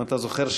אם אתה זוכר,